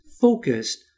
focused